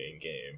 game